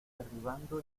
derribado